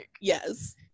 yes